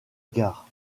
gare